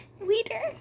Leader